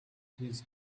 his